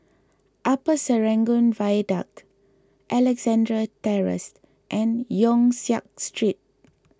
Upper Serangoon Viaduct Alexandra Terrace and Yong Siak Street